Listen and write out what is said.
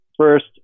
First